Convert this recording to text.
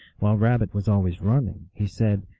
while rabbit was always running, he said,